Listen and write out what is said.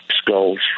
skulls